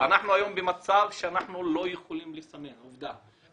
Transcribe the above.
היום במצב שאנחנו לא יכולים לסמן, עובדה.